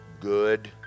good